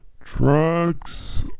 Drugs